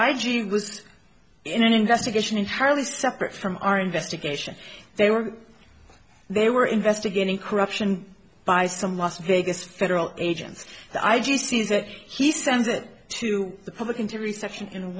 was in an investigation entirely separate from our investigation they were they were investigating corruption by some las vegas federal agents but i do see that he sends it to the public into reception in